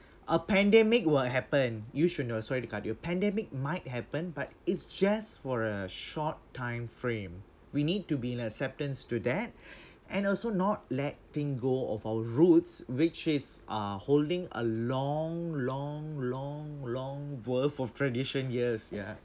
a pandemic will happen you should know sorry to cut you pandemic might happen but it's just for a short time frame we need to be in acceptance to that and also not letting go of our roots which is uh holding a long long long long worth of tradition years ya